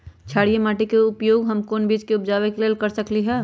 क्षारिये माटी के उपयोग हम कोन बीज के उपजाबे के लेल कर सकली ह?